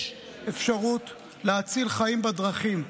יש אפשרות להציל חיים בדרכים.